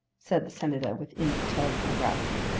said the senator with imperturbable gravity.